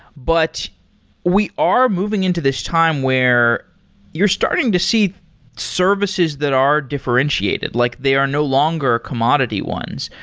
but we are moving into this time where you're starting to see services that are differentiated. like they are no longer commodity ones,